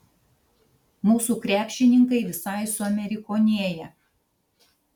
mūsų krepšininkai visai suamerikonėja